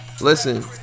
Listen